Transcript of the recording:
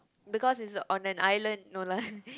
because it's a on an island no lah